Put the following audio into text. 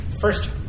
first